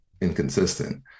inconsistent